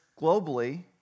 globally